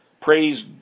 Praise